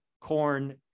corn